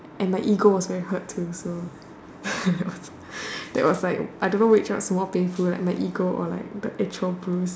and my ego was very hurt too so that was like I don't know which one was more painful like my ego or like the actual bruise